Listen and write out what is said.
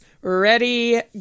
ready